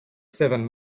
seven